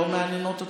לא מעניינות אותך?